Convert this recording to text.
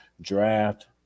draft